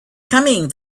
coming